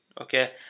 okay